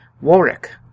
Warwick